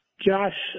Josh